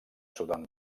sudan